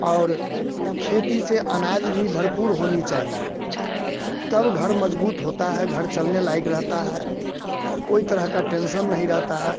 और खेती से अनाज भी भरपूर होनी चाहिए तब घर मजबूत होता है घर चलने लायक रहता है कोई तरह का टेंसन नहीं रहता है